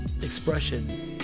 expression